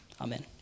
amen